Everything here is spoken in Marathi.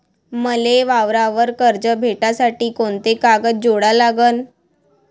मले वावरावर कर्ज भेटासाठी कोंते कागद जोडा लागन?